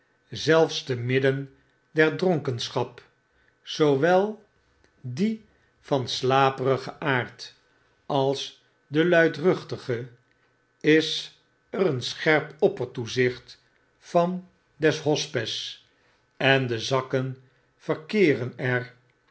zelfs te midden der dronkenschap zoowel die van slaperigen aard als de luidruchtige is er een scherp oppertoezicht van den hospes en de zakken verkeeren er